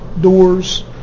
doors